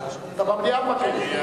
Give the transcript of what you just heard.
למליאה.